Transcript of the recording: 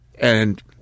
And—